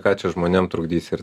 ką čia žmonėm trukdys ir